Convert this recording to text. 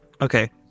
Okay